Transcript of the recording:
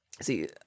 See